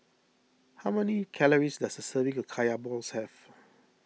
how many calories does a serving of Kaya Balls have